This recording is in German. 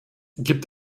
gibt